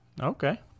Okay